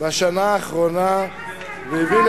בשנה האחרונה והביא,